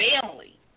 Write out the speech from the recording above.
family